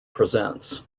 presents